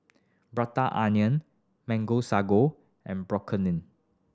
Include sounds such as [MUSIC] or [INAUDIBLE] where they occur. Prata Onion Mango Sago and [UNINTELLIGIBLE]